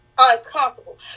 Uncomfortable